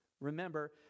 remember